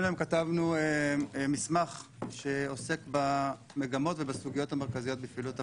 כתבנו מסמך שעוסק במגמות ובסוגיות המרכזיות בפעילות הוותמ"ל.